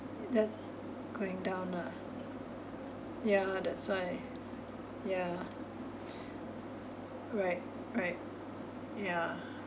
that going down lah ya that's why ya right right ya